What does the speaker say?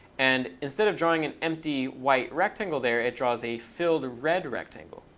and instead of drawing an empty white rectangle there, it draws a filled red rectangle.